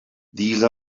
these